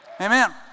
Amen